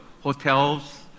hotels